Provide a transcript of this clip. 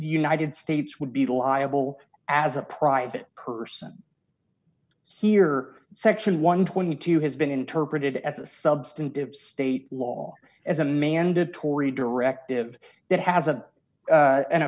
united states would be liable as a private person here section one hundred and twenty two has been interpreted as a substantive state law as a mandatory directive that has an